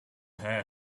hair